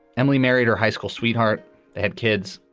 emily married her high school sweetheart. they had kids.